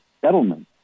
settlement